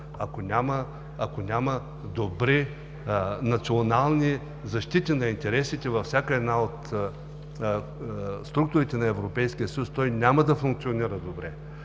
Ако няма добри национални защити на интересите във всяка една от структурите на Европейския съюз, той няма да функционира добре.